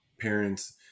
parents